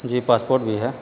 جی passport بھی ہے